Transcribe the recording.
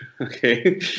Okay